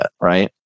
right